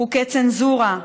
חוקי צנזורה,